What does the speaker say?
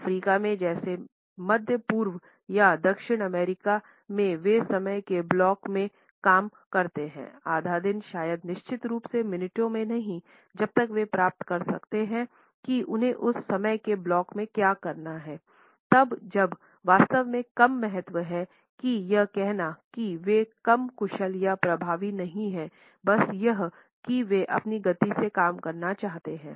Africa में जैसे मध्य पूर्व या दक्षिण अमेरिका में वे समय के ब्लॉक में काम करते हैं आधा दिन शायद निश्चित रूप से मिनटों में नहीं जब तक वे प्राप्त कर सकते हैं कि उन्हें उस समय के ब्लॉक में क्या चाहिए तब जब वास्तव में कम महत्व है कि यह कहना कि वे कम कुशल या प्रभावी नहीं है बस यह कि वे अपनी गति से काम करना चाहते हैं